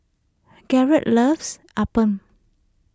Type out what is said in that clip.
Garrett loves Appam